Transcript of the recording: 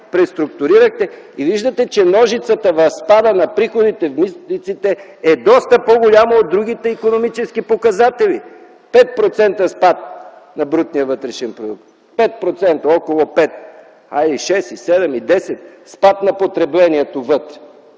преструктурирахте и виждате, че ножицата в спада на приходите в митниците е доста по-голяма от другите икономически показатели – 5% спад на брутния вътрешен продукт, около 5, 6, 7, 10% спад на потреблението вътре.